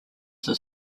this